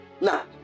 Now